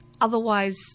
otherwise